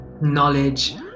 knowledge